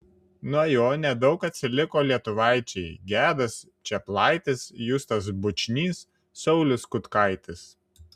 nuo jo nedaug atsiliko lietuvaičiai gedas čeplaitis justas bučnys saulius kutkaitis